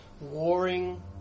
warring